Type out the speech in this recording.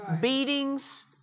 Beatings